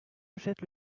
achète